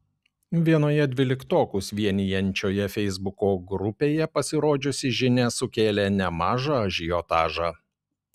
vienoje dvyliktokus vienijančioje feisbuko grupėje pasirodžiusi žinia sukėlė nemažą ažiotažą